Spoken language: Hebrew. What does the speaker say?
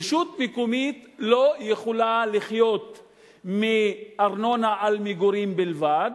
רשות מקומית לא יכולה לחיות מארנונה על מגורים בלבד,